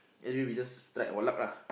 anyway we just tried our luck lah